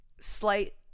slight